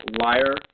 liar